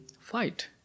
fight